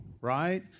right